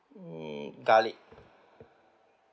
mm garlic